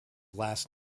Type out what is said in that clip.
last